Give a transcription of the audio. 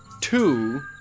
two